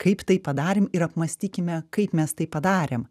kaip taip padarėm ir apmąstykime kaip mes tai padarėm